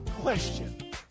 Question